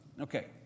Okay